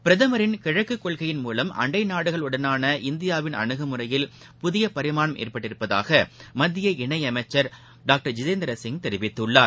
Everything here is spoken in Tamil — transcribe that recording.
பிரதமரின் கிழக்கு கொள்கையின் மூலம் அண்டை நாடுகளுடனான இந்தியாவின் அனுகுமுறையில் புதிய பரிமாணம் ஏற்பட்டுள்ளதாக மத்திய இணையமைச்சர் டாக்டர் ஜிதேந்திர சிங் தெரிவித்துள்ளார்